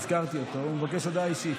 הזכרתי אותו, הוא מבקש הודעה אישית.